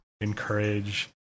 encourage